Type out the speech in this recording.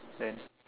then